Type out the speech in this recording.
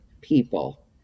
people